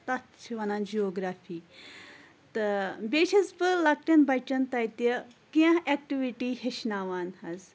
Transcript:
تَتھ چھِ وَنان جیوگرافی تہٕ بیٚیہِ چھَس بہٕ لۄکٹٮ۪ن بَچَن تَتہِ کینٛہہ ایٚکٹِوِٹی ہیٚچھناوان حظ